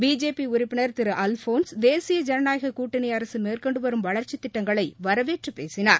BJP உறுப்பினர் திரு அல்போன்ஸ் தேசிய ஜனநாயக கூட்டணி அரசு மேற்கொண்டு வரும் வளர்ச்சித் திட்டங்களை வரவேற்று பேசினார்